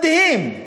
מדהים.